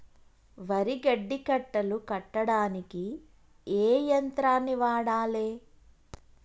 వరి గడ్డి కట్టలు కట్టడానికి ఏ యంత్రాన్ని వాడాలే?